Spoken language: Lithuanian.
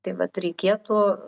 tai vat reikėtų